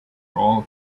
all